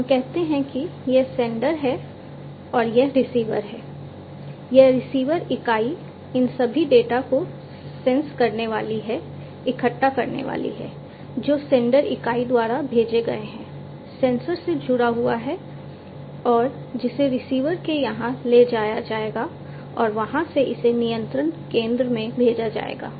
हम कहते हैं कि यह सेंडर इकाई द्वारा भेजे गए है सेंसर से जुड़ा हुआ है और जिसे रिसीवर के यहाँ ले जाया जाएगा और वहाँ से इसे नियंत्रण केंद्र में भेजा जाएगा